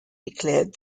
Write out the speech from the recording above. declared